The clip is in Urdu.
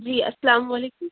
جی السّلام علیکم